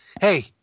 Hey